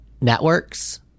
networks